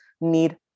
need